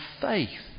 faith